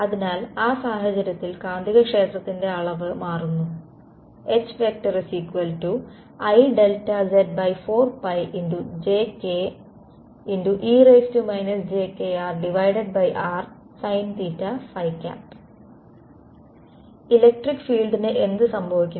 അതിനാൽ ആ സാഹചര്യത്തിൽ കാന്തികക്ഷേത്രത്തിന്റെ അളവ് മാറുന്നു HIz4jke jkrrsin ഇലക്ടിക് ഫീൾഡിന് എന്ത് സംഭവിക്കും